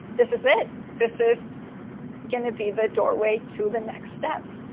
this is it. this is going to be the doorway to the next step.